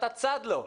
אתה צד לו.